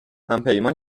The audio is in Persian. همپیمان